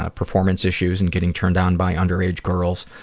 ah performance issues, and getting turned on by underage girls.